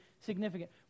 significant